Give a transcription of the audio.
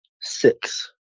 six